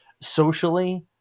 socially